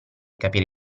capire